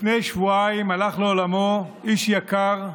לפני שבועיים הלך לעולמו איש יקר,